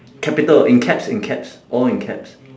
capital in caps in caps all in caps